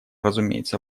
разумеется